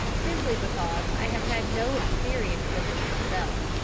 simply because i have had no experience of it myself.